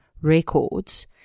records